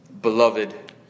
Beloved